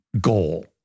goal